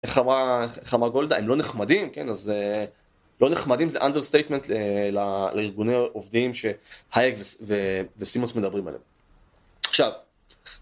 איך אמרה גולדה, הם לא נחמדים, כן, אז לא נחמדים זה understatement לארגוני עובדים שהייק וסימוס מדברים עליהם. עכשיו